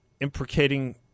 imprecating